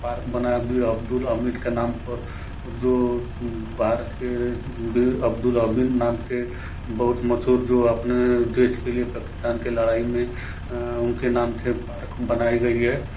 park बना दी अब्दुल हमीद के नाम पर जो पार्क भी अब्दुल हमीद नाम के बहुत मशहूर जो अपने देश के लिए पाकिस्तान की लड़ाई में उनके नाम से पार्क बनाई गई है